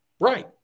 Right